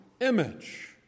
image